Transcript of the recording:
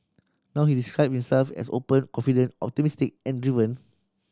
now he describe himself as open confident optimistic and driven